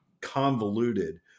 convoluted